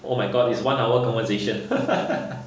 oh my god is one hour conversation